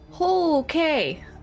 Okay